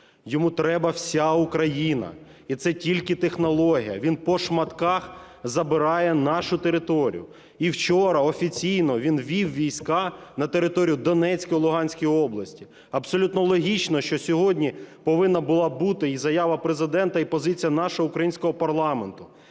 йому треба вся Україна, і це тільки технології. Він по шматках забирає нашу територію, і вчора офіційно він ввів війська на територію Донецької і Луганської області. Абсолютно логічно, що сьогодні повинна була бути і заява Президента, і позиція нашого українського парламенту.